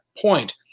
point